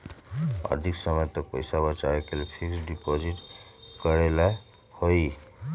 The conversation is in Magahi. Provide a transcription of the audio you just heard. अधिक समय तक पईसा बचाव के लिए फिक्स डिपॉजिट करेला होयई?